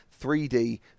3D